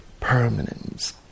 permanence